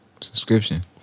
Subscription